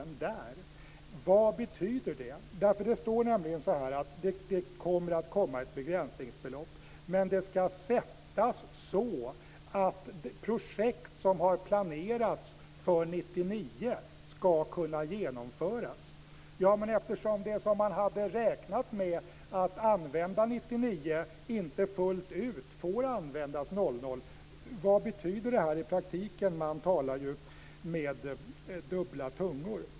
Vad betyder det? Det står där att ett begränsningsbelopp ska sättas, men det ska sättas så att projekt som har planerats för 1999 ska kunna genomföras. Vad betyder detta i praktiken, eftersom det som man hade räknat med att använda 1999 inte fullt ut får användas 2000? Man talar med dubbla tungor.